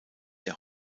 der